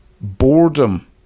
boredom